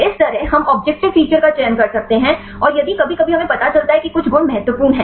इसी तरह हम ऑब्जेक्टिव फीचर का चयन कर सकते हैं और यदि कभी कभी हमें पता चलता है कि कुछ गुण महत्वपूर्ण हैं